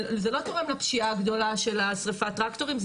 זה לא תורם לפשיעה הגדולה של השריפת טרקטורים,